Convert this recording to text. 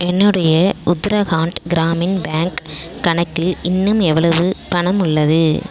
என்னுடைய உத்தராகாண்ட் கிராமின் பேங்க் கணக்கில் இன்னும் எவ்வளவு பணம் உள்ளது